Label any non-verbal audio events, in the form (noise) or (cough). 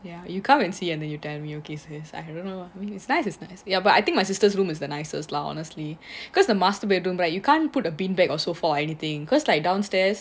ya you come and see and then you tell me okay sis I don't know lah I mean it's nice it's nice ya but I think my sister's room is the nicest lah honestly (breath) because the master bedroom right you can't put a bean bag or so forth or anything cause like downstairs